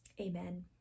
Amen